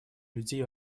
людей